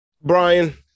Brian